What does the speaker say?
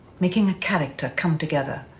making a character come together.